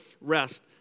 rest